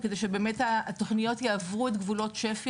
וכדי שהתוכניות יעברו את גבולות שפ"י,